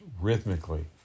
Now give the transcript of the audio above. rhythmically